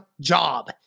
job